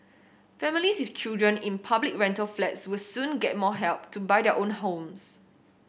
families with children in public rental flats will soon get more help to buy their own homes